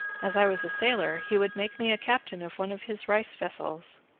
as i was a sailor, he would make me a captain of one of his rice vessels.